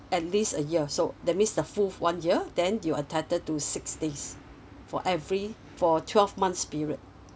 at least a year so that means the full one year then you'll entitled to six days for every for twelve months period